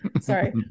sorry